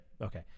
Okay